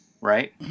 right